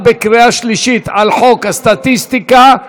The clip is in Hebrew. בקריאה שלישית על חוק הסטטיסטיקה הצבעה,